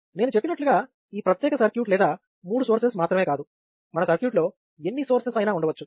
నేను చెప్పినట్లుగా ఈ ప్రత్యేక సర్క్యూట్ లేదా మూడు సోర్సెస్ మాత్రమే కాదు మన సర్క్యూట్లో ఎన్ని సోర్సెస్ అయినా ఉండవచ్చు